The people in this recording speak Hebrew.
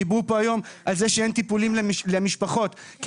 דיברו פה היום על זה שאין טיפולים למשפחות כי